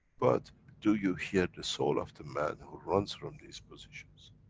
but do you hear the soul of the man, who runs from these positions?